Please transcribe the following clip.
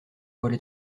voilà